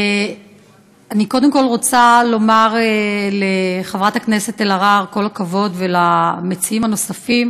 אני קודם כול רוצה לומר כל הכבוד לחברת הכנסת אלהרר ולמציעים הנוספים.